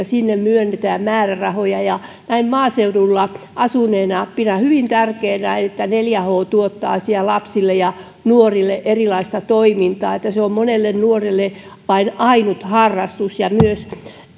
sinne myönnetään määrärahoja näin maaseudulla asuneena pidän hyvin tärkeänä että neljä h tuottaa siellä lapsille ja nuorille erilaista toimintaa se on monelle nuorelle ainut harrastus ja